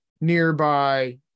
nearby